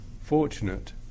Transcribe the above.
fortunate